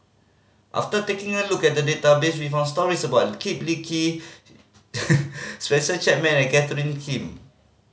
after taking a look at database we found stories about Kip Lee Kee Spencer Chapman and Catherine Kim